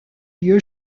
lieu